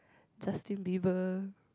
Justin-Bieber